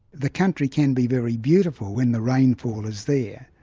the country can be very beautiful when the rainfall is there,